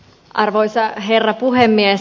arvoisa herra puhemies